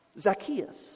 Zacchaeus